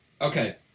Okay